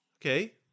Okay